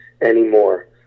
anymore